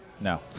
No